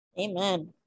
amen